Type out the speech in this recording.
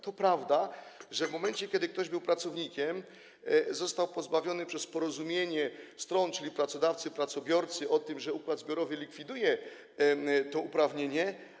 To prawda, że w momencie, kiedy ktoś był pracownikiem, został pozbawiony tego w wyniku porozumienia stron, czyli pracodawcy i pracobiorcy, układ zbiorowy likwiduje to uprawnienie.